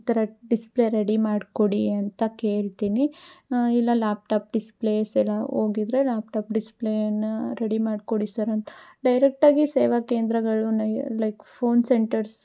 ಈ ತರ display ready ಮಾಡಿಕೊಡಿ ಅಂತ ಕೇಳ್ತೀನಿ ಇಲ್ಲ ಲ್ಯಾಪ್ಟಾಪ್ ಡಿಸ್ಪ್ಲೇಸ್ ಎಲ್ಲ ಹೋಗಿದ್ದರೆ ಲ್ಯಾಪ್ಟಾಪ್ ಡಿಸ್ಪ್ಲೇನ ರೆಡಿ ಮಾಡಿಕೊಡಿ ಸರ್ ಅಂತ ಡೈರೆಕ್ಟಾಗಿ ಸೇವಾ ಕೇಂದ್ರಗಳನ್ನ ಲೈಕ್ ಫೋನ್ ಸೆಂಟರ್ಸ್